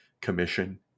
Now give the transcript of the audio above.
Commission